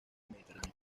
mediterráneo